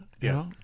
Yes